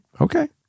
Okay